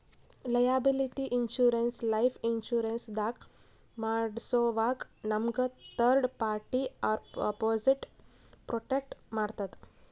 liability insurance life insurance ದಾಗ್ ಮಾಡ್ಸೋವಾಗ್ ನಮ್ಗ್ ಥರ್ಡ್ ಪಾರ್ಟಿ ಅಪೊಸಿಟ್ ಪ್ರೊಟೆಕ್ಟ್ ಮಾಡ್ತದ್